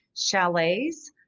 Chalet's